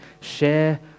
share